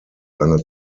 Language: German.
lange